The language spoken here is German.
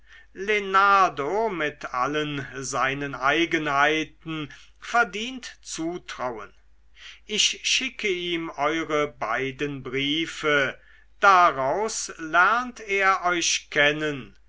mit allen seinen eigenheiten verdient zutrauen ich schicke ihm eure beiden briefe daraus lernt er euch kennen